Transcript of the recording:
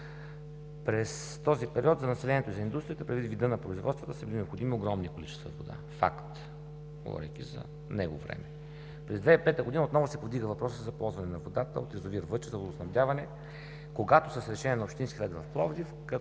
През този период за населението и за индустрията, предвид вида на производствата, са били необходими огромни количества вода – факт, говорейки за него време. През 2005 г. отново се повдига въпросът за ползване на водата от язовир „Въча“ за водоснабдяване, когато с Решение на Общинския съвет в Пловдив